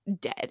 dead